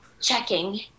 checking